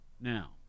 Now